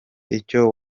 icyo